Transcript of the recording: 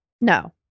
No